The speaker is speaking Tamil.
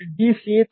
சி ஐ தடுக்கும்